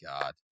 God